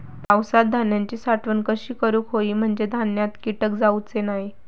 पावसात धान्यांची साठवण कशी करूक होई म्हंजे धान्यात कीटक जाउचे नाय?